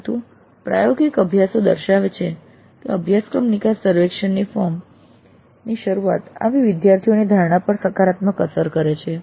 પરંતુ પ્રાયોગિક અભ્યાસો દર્શાવે છે કે અભ્યાસક્રમ નિકાસ સર્વેક્ષણ ફોર્મ ની આવી શરૂઆત વિદ્યાર્થીઓની ધારણા પર સકારાત્મક અસર કરે છે